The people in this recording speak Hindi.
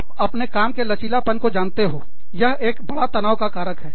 आप अपने काम के लचीलापन को जानते हो यह एक बढ़ा तनाव कारक है